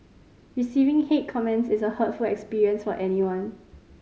receiving hate comments is a hurtful experience for anyone